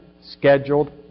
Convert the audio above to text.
scheduled